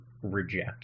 Reject